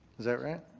is that right?